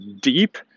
deep